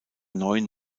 neuen